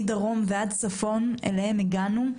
מדרום ועד צפון אליהם הגענו,